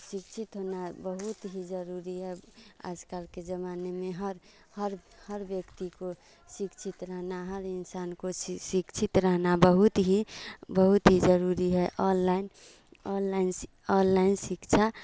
शिक्षित होना बहुत ही जरूरी अब आजकल के जमाने में हर हर हर व्यक्ति को शिक्षित रहना हर इंसान को सि शिक्षित रहना बहुत ही बहुत ही जरूरी है अललाइन अललाइन सि अललाइन शिक्षा